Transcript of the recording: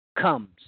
comes